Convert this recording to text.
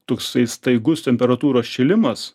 toksai staigus temperatūros šilimas